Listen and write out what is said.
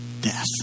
death